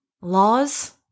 Laws